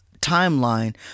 timeline